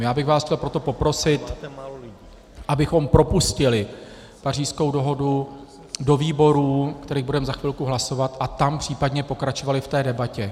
Já bych vás chtěl proto poprosit, abychom propustili Pařížskou dohodu do výborů, ve kterých budeme za chvilku hlasovat, a tam případně pokračovali v té debatě.